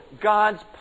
God's